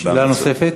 שאלה נוספת?